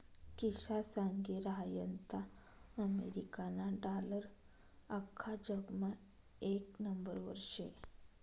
किशा सांगी रहायंता अमेरिकाना डालर आख्खा जगमा येक नंबरवर शे